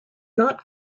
not